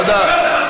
תודה.